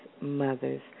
mothers